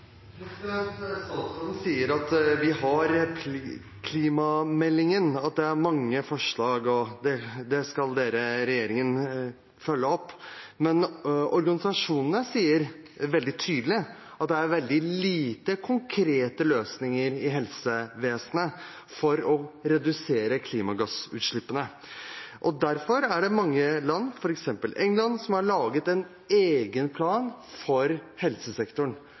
det skal regjeringen følge opp. Men organisasjonene sier veldig tydelig at det er veldig få konkrete løsninger i helsevesenet for å redusere klimagassutslippene. Derfor har mange land, f.eks. England, laget en egen plan for helsesektoren,